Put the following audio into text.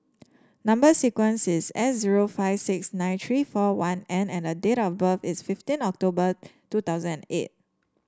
number sequence is S zero five six nine three four one N and date of birth is fifteen October two thousand and eight